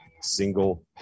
single